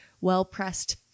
well-pressed